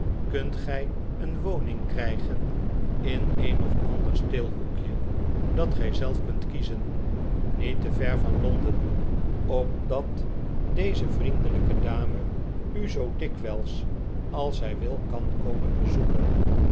kunt gij een woning krijgen in een of ander stil hoekje dat gij zelf kunt kiezen niet te ver van londen opdat deze vriendelijke dame u zoo dikwijls als zij wil kan komen bezoeken